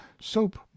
soap